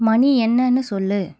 மணி என்னன்னு சொல்லு